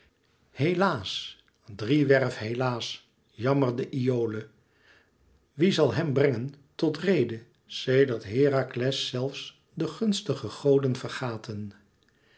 helaas driewerf helaas jammerde iole wie zal hem brengen tot rede sedert herakles zelfs de gunstige goden vergaten